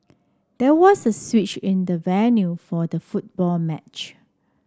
there was a switch in the venue for the football match